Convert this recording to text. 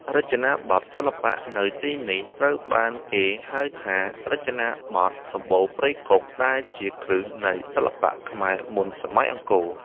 រចនាបថសិល្បៈនៅទីនេះត្រូវបានគេហៅថា "រចនាបថសំបូរព្រៃគុក" ដែលជាគ្រឹះនៃសិល្បៈខ្មែរមុនសម័យអង្គរ។